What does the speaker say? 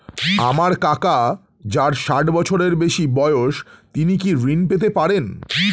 আমার কাকা যার ষাঠ বছরের বেশি বয়স তিনি কি ঋন পেতে পারেন?